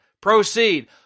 Proceed